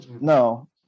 no